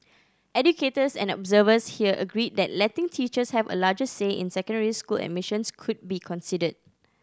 educators and observers here agreed that letting teachers have a larger say in secondary school admissions could be considered